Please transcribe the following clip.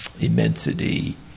immensity